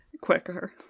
Quicker